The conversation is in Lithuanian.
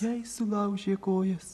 jai sulaužė kojas